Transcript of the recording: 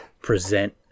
present